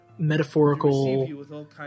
metaphorical